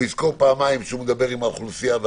והוא יזכור פעמיים שהוא מדבר עם האוכלוסייה.